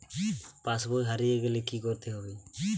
পাশবই হারিয়ে গেলে কি করতে হবে?